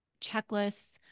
checklists